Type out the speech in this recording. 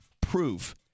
proof